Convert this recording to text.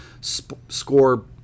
score